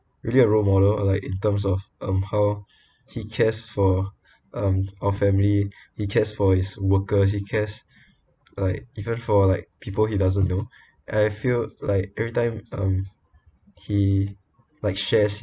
really a role model or like in terms of um how he cares for um our family he cares for his workers he cares like even for like people he doesn't know and I feel like every time um he like shares